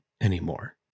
anymore